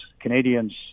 Canadians